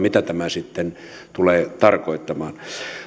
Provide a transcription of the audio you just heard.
mitä tämä sitten tulee tarkoittamaan